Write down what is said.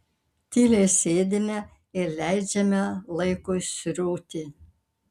tyliai sėdime ir leidžiame laikui srūti